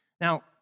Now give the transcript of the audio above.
Now